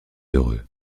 heureux